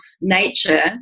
nature